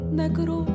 negro